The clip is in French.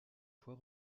fois